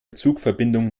zugverbindungen